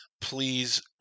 please